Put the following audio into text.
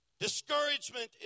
Discouragement